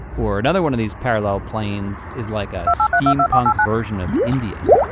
or another one of these parallel plains is like a steampunk version of india.